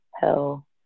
hell